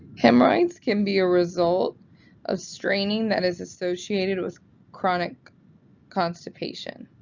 hemorrhoids can be a result of straining that is associated with chronic constipation